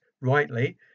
rightly